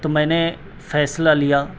تو میں نے فیصلہ لیا